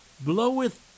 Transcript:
bloweth